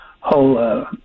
whole